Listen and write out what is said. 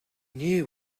knew